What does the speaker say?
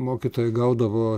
mokytojai gaudavo